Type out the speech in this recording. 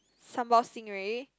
sambal stingray